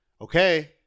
okay